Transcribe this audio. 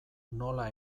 nola